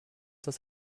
das